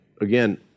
again